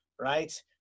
right